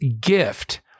gift